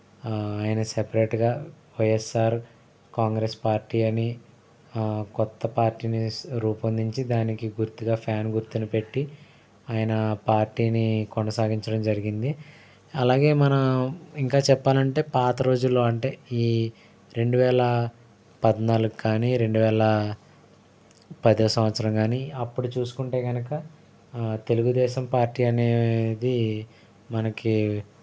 ఆయన సపరేట్గా వైఎస్ఆర్ కాంగ్రెస్ పార్టీ అని కొత్త పార్టీని రూపొందించి దానికి గుర్తుగా ఫ్యాన్ గుర్తని పెట్టి ఆయన పార్టీని కొనసాగించడం జరిగింది అలాగే మన ఇంకా చెప్పాలంటే పాత రోజులు అంటే ఈ రెండువేల పద్నాలుగు కానీ రెండు వేల పదో సంవత్సరం కాని అప్పుడు చూసుకుంటే కనుక తెలుగుదేశం పార్టీ అనేది మనకి